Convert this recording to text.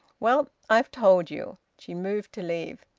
well, i've told you. she moved to leave.